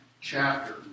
chapter